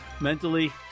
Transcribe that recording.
Mentally